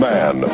Man